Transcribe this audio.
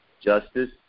Justice